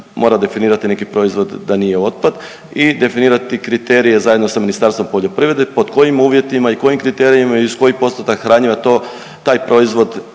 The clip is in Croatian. mora definirati neki proizvod da nije otpad i definirati kriterije zajedno sa Ministarstvom poljoprivrede pod kojim uvjetima i kojim kriterijima i uz koji postotak hranjiva taj proizvod